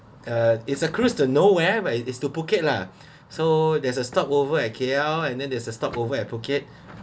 uh it's a cruise to nowhere but is is to phuket lah so there's a stopover at K_L and then there's a stopover at phuket